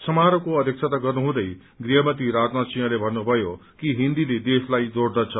समारोहको अध्यक्षता गर्नुहुँदै गृहमन्त्री राजनाथ सिंहले भन्नुभयो कि हिन्दीले देशलाई जोड़दछ